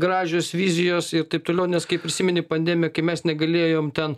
gražios vizijos ir taip toliau nes kai prisimeni pandemiją kai mes negalėjom ten